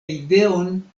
ideon